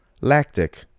lactic